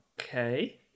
okay